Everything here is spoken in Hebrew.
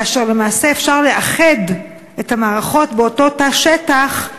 כאשר למעשה אפשר לאחד את המערכות באותו תא שטח,